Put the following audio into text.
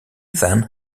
then